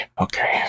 okay